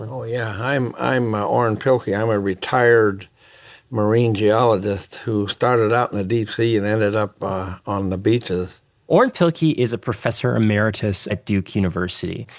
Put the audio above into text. and oh, yeah. i'm i'm ah orrin pilkey. i'm a retired marine geologist who started out in the deep sea and ended up on the beaches. orrin pilkey is a professor emeritus at duke university.